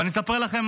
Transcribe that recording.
ואני אספר לכם